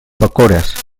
bacores